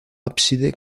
ábside